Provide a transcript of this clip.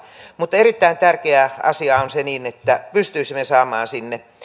mutta erittäin tärkeä asia on se että pystyisimme saamaan sinne